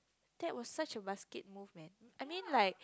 that was such a basket movement I mean like